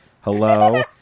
hello